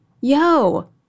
yo